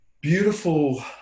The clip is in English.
beautiful